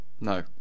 no